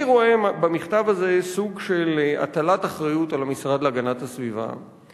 אני רואה במכתב הזה סוג של הטלת אחריות על המשרד להגנת הסביבה.